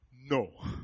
no